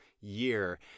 year